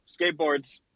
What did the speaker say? Skateboards